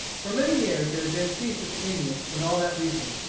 for many years there had been peace with the indians in all that region.